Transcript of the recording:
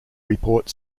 report